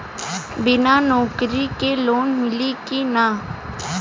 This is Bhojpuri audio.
बिना नौकरी के लोन मिली कि ना?